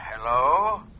Hello